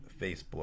Facebook